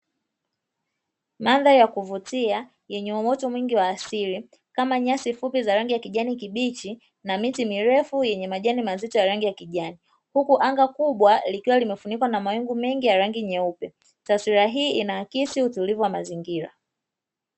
Mandhari ya kuvutia yenye uoto wa asili kama nyasi fupi za rangi ya kijani kibichi na miti mirefu yenye majani mazito ya rangi ya kijani huku anga kubwa likiwa limefunikwa na mawingu mengi ya rangi nyeupe, taswira hii inaaksi utulivu wa mazingira.